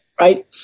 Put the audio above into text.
right